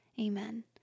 Amen